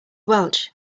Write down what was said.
welch